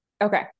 Okay